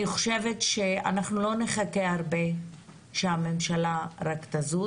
אני חושבת שאנחנו לא נחכה הרבה שהממשלה תזוז.